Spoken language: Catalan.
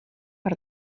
per